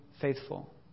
faithful